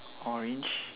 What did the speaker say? orange